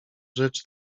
rzecz